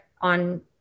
on